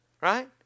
right